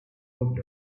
moved